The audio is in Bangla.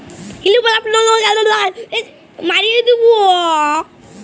লিফ্ট ইরিগেশল ইসকিম তেলেঙ্গালাতে উদঘাটল ক্যরা হঁয়েছে চাষীদের সুবিধার জ্যনহে